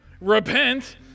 repent